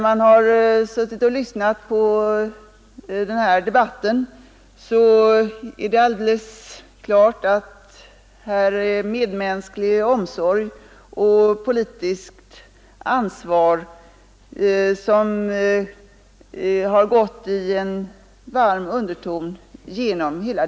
Efter att ha lyssnat på den här debatten står det alldeles klart för mig, att det är medmänsklig omsorg och politiskt ansvar som har varit en varm underton i den.